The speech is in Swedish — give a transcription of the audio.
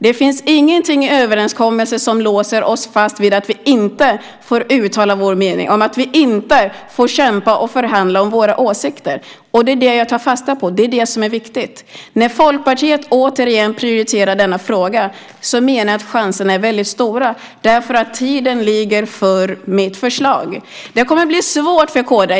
Det finns ingenting i överenskommelsen som låser oss fast vid att vi inte får uttala vår mening, om att vi inte får kämpa och förhandla om våra åsikter. Det är det jag tar fasta på. Det är det som är viktigt. När Folkpartiet återigen prioriterar denna fråga menar jag att chanserna är stora. Tiden ligger för mitt förslag. Det kommer att bli svårt för kd.